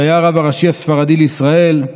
שהיה הרב הראשי הספרדי לישראל,